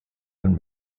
von